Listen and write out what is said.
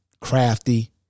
Crafty